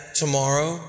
tomorrow